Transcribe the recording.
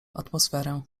atmosferę